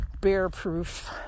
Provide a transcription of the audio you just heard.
bear-proof